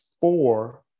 four